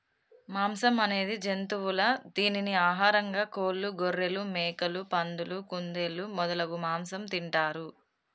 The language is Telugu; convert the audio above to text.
మాంసం అనేది జంతువుల దీనిని ఆహారంగా కోళ్లు, గొఱ్ఱెలు, మేకలు, పందులు, కుందేళ్లు మొదలగు మాంసం తింటారు